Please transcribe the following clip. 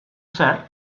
zer